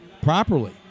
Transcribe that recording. properly